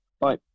Bye